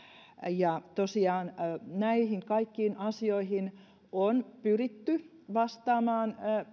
näihin kaikkiin asioihin on pyritty vastaamaan